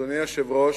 אדוני היושב-ראש,